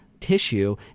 tissue